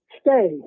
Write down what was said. stay